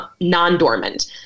non-dormant